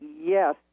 yes